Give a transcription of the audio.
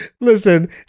Listen